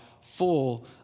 full